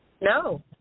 No